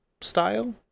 style